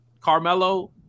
Carmelo